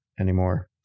anymore